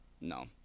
No